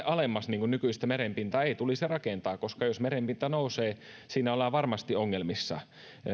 alemmas nykyistä merenpintaa ei tulisi rakentaa koska jos merenpinta nousee siinä ollaan varmasti ongelmissa